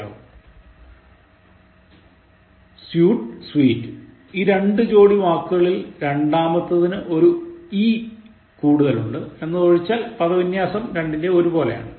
suit sweet ഈ രണ്ട് ജോഡി വാക്കുകളിൽ രണ്ടാമത്തെത്തിനു ഒരു e കൂടുതലുണ്ട് എന്നതൊഴിച്ചാൽ പദവിന്യാസം ഒരുപോലെയാണ്